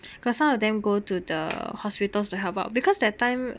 got some of them go to the hospitals to help out because that time